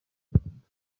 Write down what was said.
rwanda